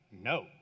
No